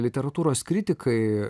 literatūros kritikai